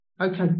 Okay